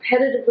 competitively